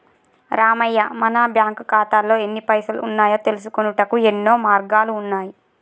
రామయ్య మన బ్యాంకు ఖాతాల్లో ఎన్ని పైసలు ఉన్నాయో తెలుసుకొనుటకు యెన్నో మార్గాలు ఉన్నాయి